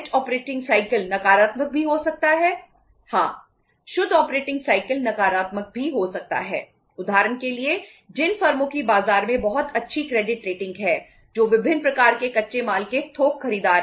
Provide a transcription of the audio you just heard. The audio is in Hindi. ऑपरेटिंग साइकिल है जो विभिन्न प्रकार के कच्चे माल के थोक खरीदार हैं